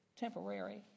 Temporary